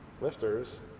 lifters